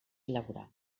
llaurar